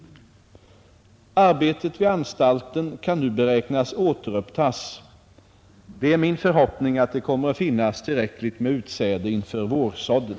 Arbetet vid anstalten kan nu beräknas återupptas. Det är min förhoppning att det kommer att finnas tillräckligt med utsäde inför vårsådden.